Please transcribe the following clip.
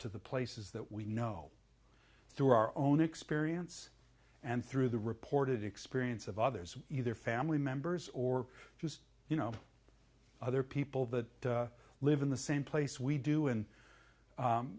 to the places that we know through our own experience and through the reported experience of others either family members or just you know other people that live in the same place we do and